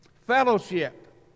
Fellowship